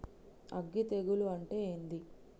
అగ్గి తెగులు అంటే ఏంది?